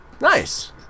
nice